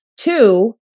Two